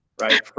right